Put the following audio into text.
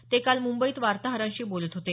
ते काल मुंबईत वार्ताहरांशी बोलत होते